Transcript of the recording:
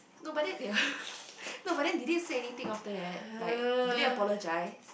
no but then ya no but then did they say anything after that like did they apologize